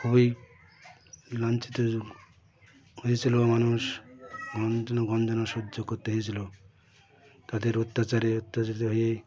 খুবই লাঞ্ছিত হয়েছিলো মানুষ গঞ্জনা সহ্য করতে হয়েছিল তাদের অত্যাচারে অত্যাচারিত হয়ে